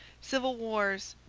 civil wars,